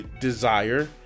desire